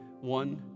One